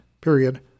period